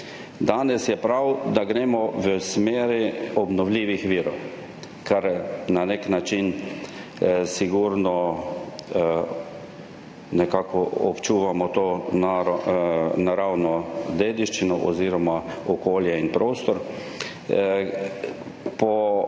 Danes je prav, da gremo v smeri obnovljivih virov, s čimer na nek način sigurno očuvamo to naravno dediščino oziroma okolje in prostor.